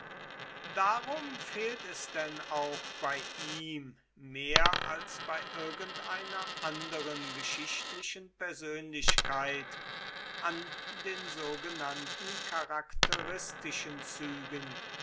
darum fehlt es denn auch bei ihm mehr als bei irgendeiner anderen geschichtlichen persönlichkeit an den sogenannten charakteristischen zügen